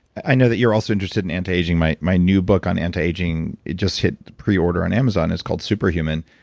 i know that you're also interested in anti-aging. my my new book on anti-aging, it just hit pre-order on amazon. it's called super human.